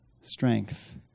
strength